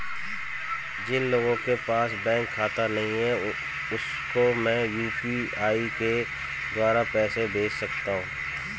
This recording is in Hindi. जिन लोगों के पास बैंक खाता नहीं है उसको मैं यू.पी.आई के द्वारा पैसे भेज सकता हूं?